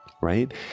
right